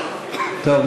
טוב,